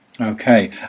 okay